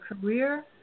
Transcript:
career